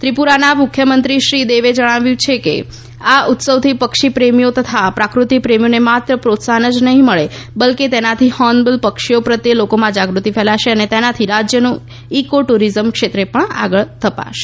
ત્રિપુરાના મુખ્યમંત્રીશ્રી દેવે જણાવ્યું કે આ ઉત્સવથી પક્ષીપ્રેમીઓને તથા પ્રકૃતિપ્રેમીઓને માત્ર પ્રોત્સાહન જ નહીં મળે બલકે તેનાથી હોર્નબિલ પક્ષીઓ પ્રત્યે લોકોમાં જાગૃતિ ફેલાશે અને તેનાથી રાજ્યનું ઇકો ટુરિઝમ ક્ષેત્ર પણ આગળ ધપશે